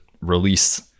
release